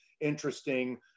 interesting